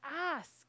Ask